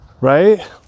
right